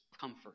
comfort